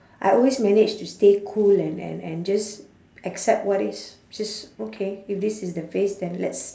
I always manage to stay cool and and and just accept what is just okay if this is the phase then let's